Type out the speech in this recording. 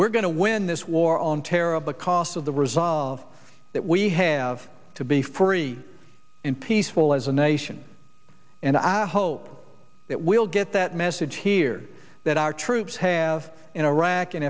we're going to win this war on terror of the cost of the resolve that we have to be free and peaceful as a nation and i hope that we'll get that message here that our troops have in iraq and